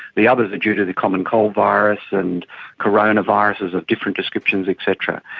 the others are due to the common cold virus and coronaviruses of different descriptions et cetera.